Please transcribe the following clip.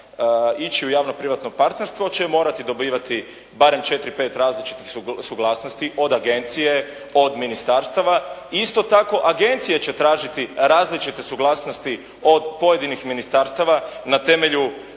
ići u javno-privatno partnerstvo će morati dobivati barem 4, 5 različitih suglasnosti od agencije, od ministarstava i isto tako agencije će tražiti različite suglasnosti od pojedinih ministarstava na temelju